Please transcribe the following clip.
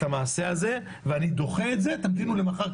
המעשה הזה; ואני דוחה את זה; תמתינו למחר,